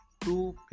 two